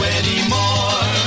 anymore